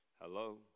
Hello